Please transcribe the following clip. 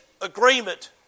agreement